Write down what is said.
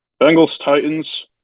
Bengals-Titans